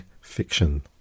fiction